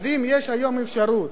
אז אם יש היום אפשרות